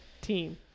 team